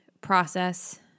process